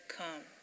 come